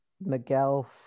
Miguel